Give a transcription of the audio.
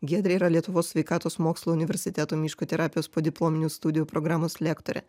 giedrė yra lietuvos sveikatos mokslų universiteto miško terapijos podiplominių studijų programos lektorė